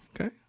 Okay